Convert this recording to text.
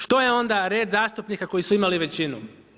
Što je onda red zastupnika koji su imali većinu?